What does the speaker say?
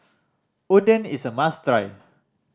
oden is a must try